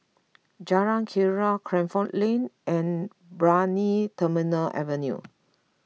Jalan Keria Crawford Lane and Brani Terminal Avenue